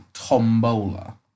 Tombola